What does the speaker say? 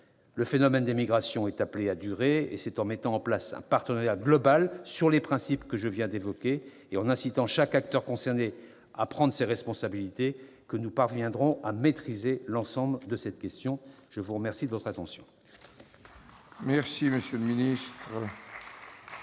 Le phénomène des migrations est appelé à durer ; c'est en mettant en place un partenariat global fondé sur les principes que je viens d'évoquer et en incitant chaque acteur concerné à prendre ses responsabilités que nous parviendrons à maîtriser l'ensemble de cette question. Mes chers collègues, monsieur